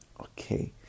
Okay